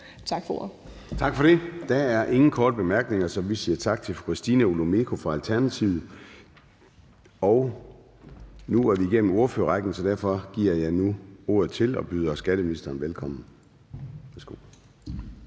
(Søren Gade): Tak for det. Der er ingen korte bemærkninger, så vi siger tak til fru Christina Olumeko fra Alternativet. Nu er vi igennem ordførerrækken, så derfor giver jeg ordet til og byder velkommen